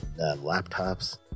laptops